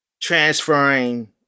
transferring